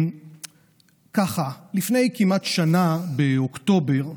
ככה: לפני כמעט שנה, באוקטובר 2021,